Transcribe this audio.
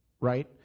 right